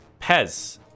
Pez